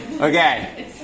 Okay